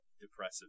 depressive